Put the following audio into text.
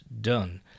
done